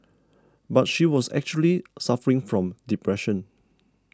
but she was actually suffering from depression